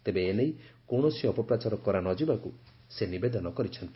ତେବେ ଏନେଇ କୌଣସି ଅପପ୍ରଚାର କରା ନ ଯିବାକୁ ସେ ନିବେଦନ କରିଛନ୍ତି